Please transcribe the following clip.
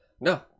No